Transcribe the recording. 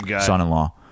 son-in-law